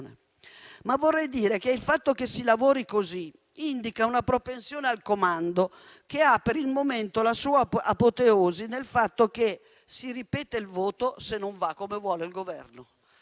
Vorrei dire che il fatto che si lavori così indica una propensione al comando che ha per il momento la sua apoteosi nel fatto che si ripete il voto se non va come vuole il Governo.